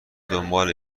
دنبال